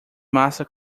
massa